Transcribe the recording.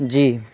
جی